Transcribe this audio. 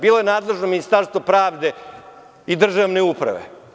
Bilo je nadležno Ministarstvo pravde i državne uprave.